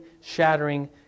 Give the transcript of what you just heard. shattering